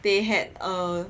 they had a